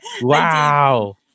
Wow